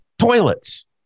toilets